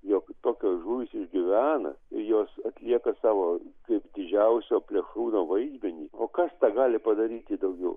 jog tokios žuvys išgyvena jos atlieka savo kaip didžiausio plėšrūno vaidmenį o kas tą gali padaryti daugiau